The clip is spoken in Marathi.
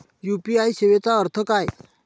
यू.पी.आय सेवेचा अर्थ काय?